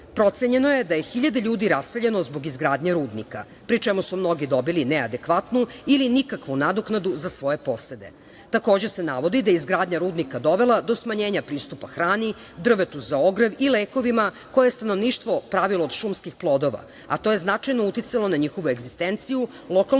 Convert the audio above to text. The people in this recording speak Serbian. Procenjeno je da je hiljadu ljudi raseljeno zbog izgradnje rudnika, pri čemu su mnogi dobili neadekvatnu ili nikakvu nadoknadu za svoje posede. Takođe se navodi da je izgradnja rudnika dovela do smanjenja pristupa hrani, drvetu za ogrev i lekovima koje je stanovništvo pravilo od šumskih plodova, a to je značajno uticalo na njihovu egzistenciju, lokalnu